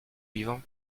vivant